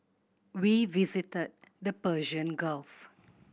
we visited the Persian Gulf